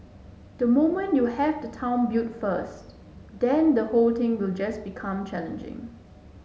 the moment you have the town built first then the whole thing will just become challenging